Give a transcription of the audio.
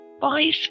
Bye